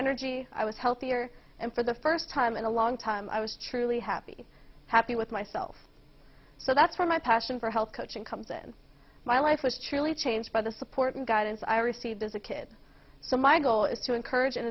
energy i was healthier and for the first time in a long time i was truly happy happy with myself so that's where my passion for health coaching comes in my life was truly changed by the support and guidance i received as a kid so my goal is to encourage and